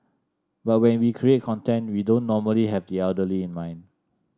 but when we create content we don't normally have the elderly in mind